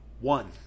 One